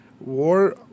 War